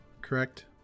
correct